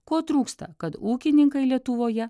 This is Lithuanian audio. ko trūksta kad ūkininkai lietuvoje